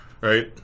Right